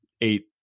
eight